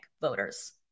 voters